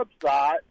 website